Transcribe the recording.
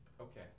Okay